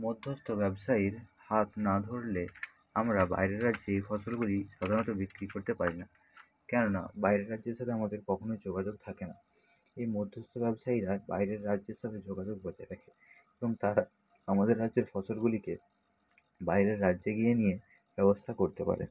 মধ্যস্থ ব্যবসায়ীর হাত না ধরলে আমরা বাইরের রাজ্যে ফসলগুলি সাধারণত বিক্রি করতে পারি না কেননা বাইরের রাজ্যের সাথে আমাদের কখনোই যোগাযোগ থাকে না এই মধ্যস্থ ব্যবসায়ীরা বাইরের রাজ্যের সাথে যোগাযোগ রাখে এবং তারা আমাদের রাজ্যের ফসলগুলিকে বাইরের রাজ্যে গিয়ে নিয়ে ব্যবস্থা করতে পারে